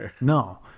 no